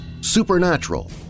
supernatural